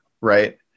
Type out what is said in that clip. right